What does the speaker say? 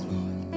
Lord